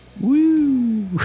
Woo